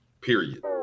Period